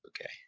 Okay